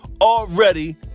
already